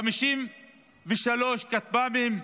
53 כטב"מים,